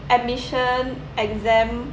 admission exam